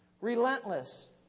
relentless